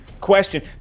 question